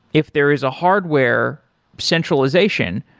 if there is a hardware centralization,